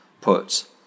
put